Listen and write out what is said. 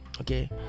okay